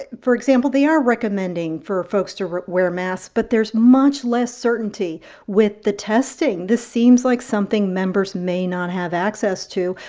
for example, they are recommending for folks to wear masks, but there's much less certainty with the testing. this seems like something members may not have access to,